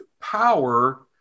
power